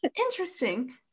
Interesting